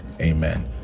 Amen